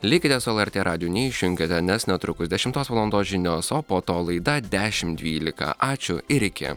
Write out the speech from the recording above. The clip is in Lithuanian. likite su lrt radiju neišjunkite nes netrukus dešimtos valandos žinios o po to laida dešimt dvylika ačiū ir iki